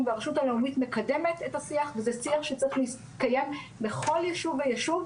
והרשות הלאומית מקדמת את השיח וזה שיח שצריך להתקיים בכל ישוב וישוב,